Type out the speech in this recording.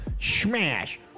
smash